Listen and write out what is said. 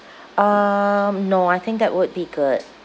um no I think that would be good